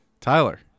Tyler